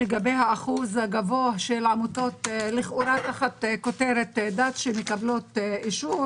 לכאורה לגבי האחוז הגבוה של העמותות תחת כותרת דת שמקבלות אישור